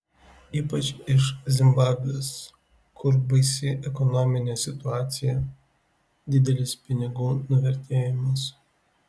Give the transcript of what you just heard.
ypač iš zimbabvės kur baisi ekonominė situacija didelis pinigų nuvertėjimas